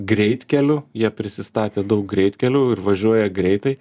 greitkeliu jie prisistatė daug greitkelių ir važiuoja greitai